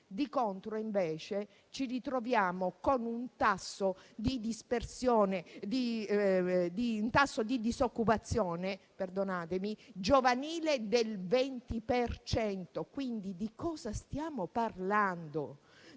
Di contro, ci ritroviamo con un tasso di disoccupazione giovanile del 20 per cento, quindi di cosa stiamo parlando?